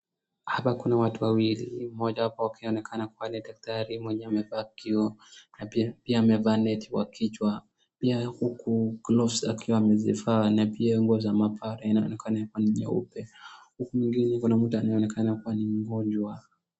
Hapa kuna watu wawili, mmoja hapo akionekana kuwa ni daktari mwenye amevaa kioo, na pia amevaa neti kwa kichwa, pia huku glovu akiwa amezivaa na pia nguo za maabara zinaonekana kuwa ni nyeupe huku mwingine kuna mtu anayeonekana kuwa ni mgonjwa.